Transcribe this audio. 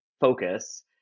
focus